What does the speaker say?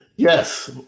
Yes